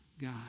God